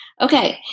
Okay